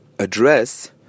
address